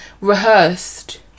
rehearsed